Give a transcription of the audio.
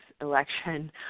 election